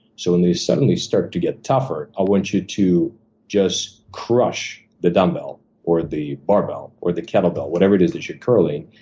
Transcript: so when they suddenly start to get tougher, i want you to just crush the dumbbell or the barbell, or the kettle bell. whatever it is that you're curling,